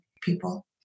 people